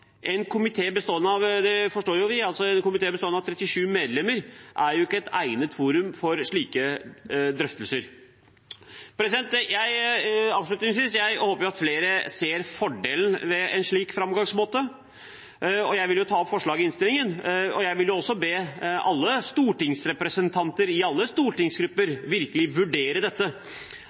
En komité bestående av 37 medlemmer – det forstår vi jo – er ikke et egnet forum for slike drøftelser. Avslutningsvis håper jeg flere ser fordelen ved en slik framgangsmåte, og jeg tar opp forslaget i innstillingen. Jeg vil også be alle stortingsrepresentanter i alle stortingsgrupper virkelig vurdere dette.